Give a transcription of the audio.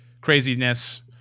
craziness